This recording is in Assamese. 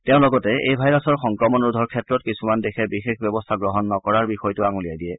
তেওঁ লগতে এই ভাইৰাছৰ সংক্ৰমণ ৰোধৰ ক্ষেত্ৰত কিছুমান দেশে বিশেষ ব্যৱস্থা গ্ৰহণ নকৰাৰ বিষয়টো আঙুলিয়াই দিয়ে